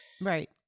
right